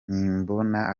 nimbona